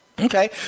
okay